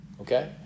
Okay